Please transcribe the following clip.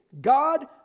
God